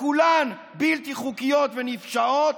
שכולן בלתי חוקיות ונפשעות,